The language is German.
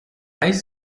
weiß